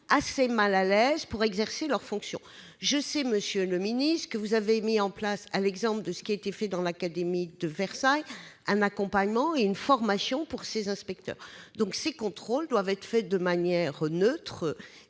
assez mal à l'aise dans l'exercice de leurs fonctions. Je sais, monsieur le ministre, que vous avez mis en place, à l'exemple de ce qui s'est fait dans l'académie de Versailles, un accompagnement et une formation à destination de ces inspecteurs. Ces contrôles doivent être faits de manière neutre